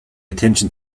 attention